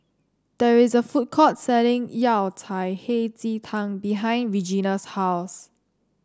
there is a food court selling Yao Cai Hei Ji Tang behind Regena's house